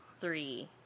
three